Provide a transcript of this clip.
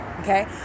okay